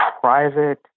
private